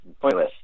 pointless